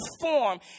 form